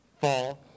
Fall